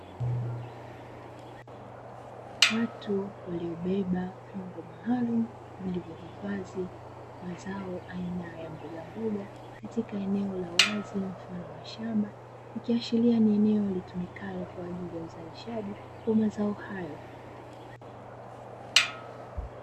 Watu waliobeba vyombo maalumu vilivyohifadhi mazao aina ya mboga katika eneo la wazi mfano wa shamba, ikiashiria ni eneo litumikalo kwa ajili ya uzalishaji wa mazao hayo.